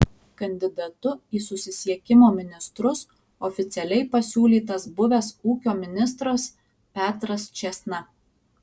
kandidatu į susisiekimo ministrus oficialiai pasiūlytas buvęs ūkio ministras petras čėsna